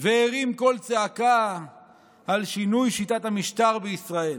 והרים קול צעקה על שינוי שיטת המשטר בישראל.